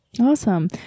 awesome